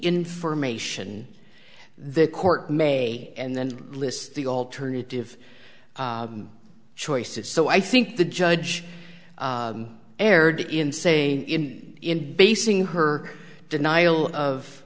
information the court may and then list the alternative choices so i think the judge erred in say in in basing her denial of